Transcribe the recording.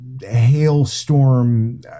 Hailstorm